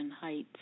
Heights